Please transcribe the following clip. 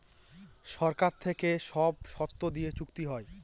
সরকার থেকে সব শর্ত দিয়ে চুক্তি হয়